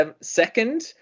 second